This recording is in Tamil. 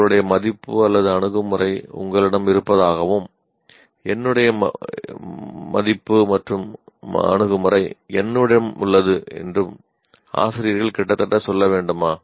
உங்களுடைய மதிப்பு அல்லது அணுகுமுறை உங்களிடம் இருப்பதாகவும் என்னுடையது என்னிடமும் உள்ளது ஆசிரியர்கள் கிட்டத்தட்ட சொல்ல வேண்டுமா